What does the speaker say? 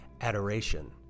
adoration